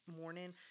morning